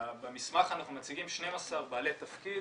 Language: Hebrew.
במסמך אנחנו מציגים 12 בעלי תפקיד